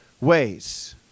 ways